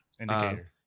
indicator